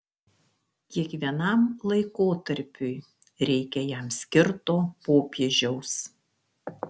kiekvienam laikotarpiui reikia jam skirto popiežiaus